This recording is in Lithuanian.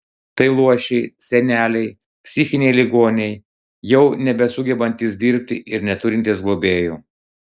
tai luošiai seneliai psichiniai ligoniai jau nebesugebantys dirbti ir neturintys globėjų